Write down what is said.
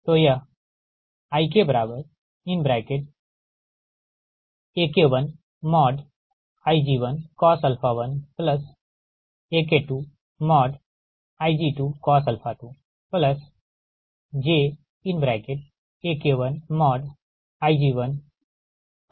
तो यह IKAK1Ig1cos 1 AK2Ig2cos 2 jAK1Ig11 AK2Ig2sin 2 है